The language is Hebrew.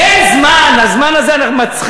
אין זמן, הזמן הזה מצחיק.